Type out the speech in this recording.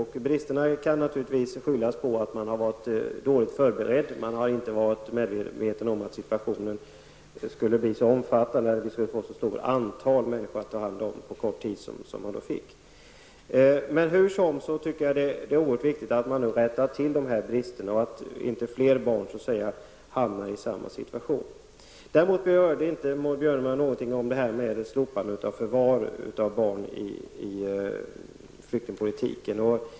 Dessa brister kan naturligtvis skyllas på att man har varit dåligt förberedd och inte har varit medveten om att vi skulle få ett så stort antal människor att ta hand om på kort tid. Det är dock oerhört viktigt att man rättar till dessa brister så att inte flera barn hamnar i samma situation. Däremot berörde Maud Björnemalm inte slopandet av förvar av barn i flyktingpolitiken.